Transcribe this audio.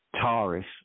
Taurus